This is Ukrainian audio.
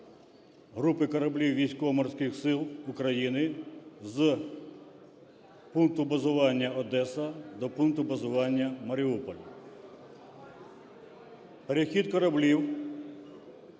групи кораблів Військово-Морських Сил України з пункту базування Одеса до пункту базування Маріуполь перехід кораблів